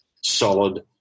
solid